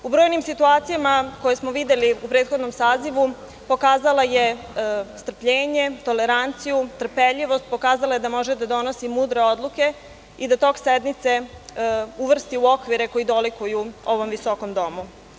U brojnim situacijama koje smo videli u prethodnom sazivu pokazala je strpljenje, toleranciju, trpeljivost, pokazala je da može da donosi mudre odluke i da tok sednice uvrsti u okvire koji dolikuju ovom visokom domu.